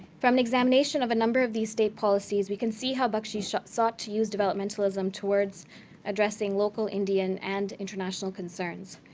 from examination of a number of these state policies, we can see how bakshi sought sought to use developmentalism towards addressing local indian and international concerns.